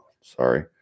sorry